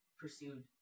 pursued